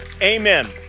Amen